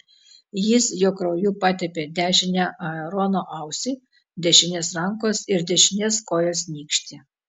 jis jo krauju patepė dešinę aarono ausį dešinės rankos ir dešinės kojos nykštį